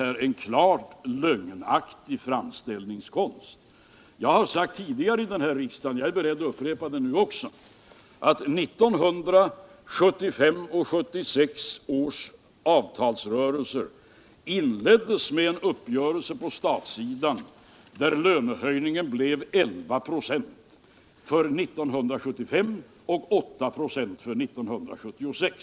Jag säger det, även om det låter litet hårt. Jag har tidigare här i riksdagen sagt, och jag är beredd att upprepa det nu, att 1975 och 1976 års avtalsrörelser inleddes med en uppgörelse på statssidan, där lönehöjningen blev 11 96 för 1975 och 8 96 för 1976.